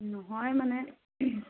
নহয় মানে